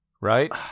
Right